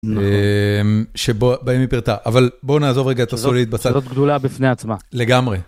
שבו באים מפרטה, אבל בוא נעזוב רגע תעשו לי את בצד. זאת גדולה בפני עצמה. לגמרי.